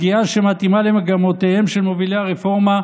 פגיעה שמתאימה למגמותיהם של מובילי הרפורמה,